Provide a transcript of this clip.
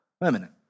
permanent